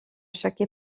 chaque